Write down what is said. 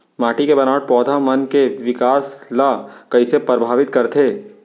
माटी के बनावट पौधा मन के बिकास ला कईसे परभावित करथे